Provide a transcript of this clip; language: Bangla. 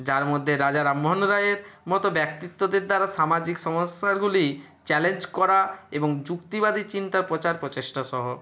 যার মধ্যে রাজা রামমোহন রায়ের মতো ব্যক্তিত্বদের দ্বারা সামাজিক সমস্যারগুলি চ্যালেঞ্জ করা এবং যুক্তিবাদী চিন্তার প্রচার প্রচেষ্টাসহ